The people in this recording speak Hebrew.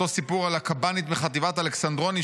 אותו סיפור על הקב"נית מחטיבת אלכסנדרוני,